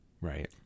Right